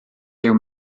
dyw